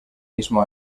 mismo